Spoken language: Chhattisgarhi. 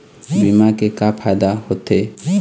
बीमा के का फायदा होते?